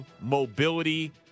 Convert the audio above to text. mobility